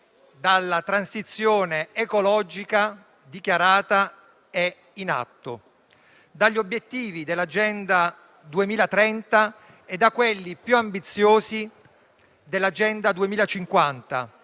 dalla transizione ecologica dichiarata e in atto, dagli obiettivi dell'Agenda 2030 e da quelli più ambiziosi dell'Agenda 2050,